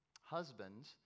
husbands